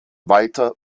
walter